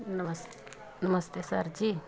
ਨਮਸਤੇ ਨਮਸਤੇ ਸਰ ਜੀ